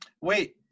Wait